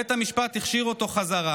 בית המשפט העליון הכשיר אותו חזרה.